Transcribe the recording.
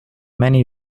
many